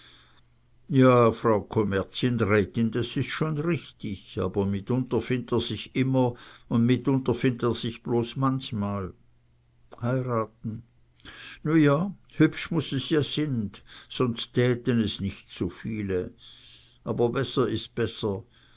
ja frau kommerzienrätin das is schon richtig aber mitunter find't er sich immer und mitunter find't er sich bloß manchmal heiraten nu ja hübsch muß es ja sind sonst dhäten es nich so viele aber besser is besser